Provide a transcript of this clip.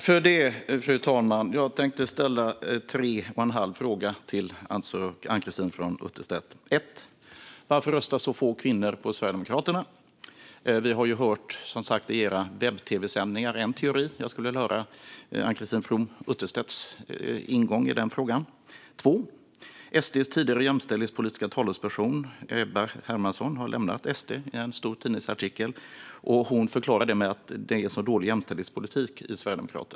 Fru talman! Jag tänkte ställa tre och en halv fråga till Ann-Christine From Utterstedt: Varför röstar så få kvinnor på Sverigedemokraterna? Vi har som sagt hört en teori i Sverigedemokraternas webb-tv-sändningar. Jag skulle vilja höra Ann-Christine From Utterstedts ingång i frågan. SD:s tidigare jämställdhetspolitiska talesperson, Ebba Hermansson, har lämnat SD. Hon förklarar det i en stor tidningsartikel med att det är dålig jämställdhetspolitik i Sverigedemokraterna.